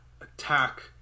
attack